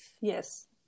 Yes